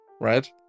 right